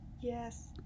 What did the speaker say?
yes